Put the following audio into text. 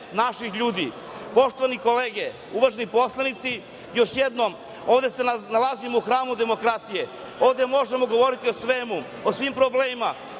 naših ljudi. Poštovane kolege, uvaženi poslanici, još jednom, ovde se nalazimo u hramu demokratije, ovde možemo govoriti o svemu, o svim problemima.